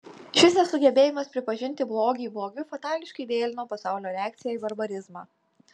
šis nesugebėjimas pripažinti blogį blogiu fatališkai vėlino pasaulio reakciją į barbarizmą